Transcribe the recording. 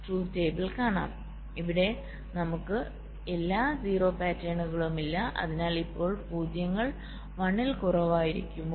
ഇപ്പോൾ ഇവിടെ നമുക്ക് എല്ലാ 0 പാറ്റേണും ഇല്ല അതിനാൽ ഇപ്പോൾ പൂജ്യങ്ങൾ 1 ൽ കുറവായിരിക്കുമോ